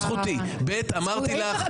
אני לא יודע אם אני רוצה להיות שר לעתיד.